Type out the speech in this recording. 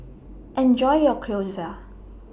Enjoy your Gyoza